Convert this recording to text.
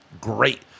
great